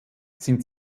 sind